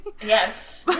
Yes